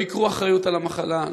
לא ייקחו אחריות על המחלה,